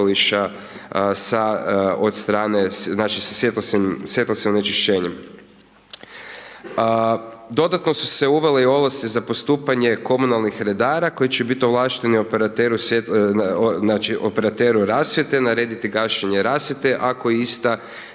od strane sa svjetlosnim onečišćenjem. Dodatno su se uvele i ovlasti za postupanje komunalnih redara koji će biti ovlašteni operateru rasvjete, narediti gašenje rasvjete ako ista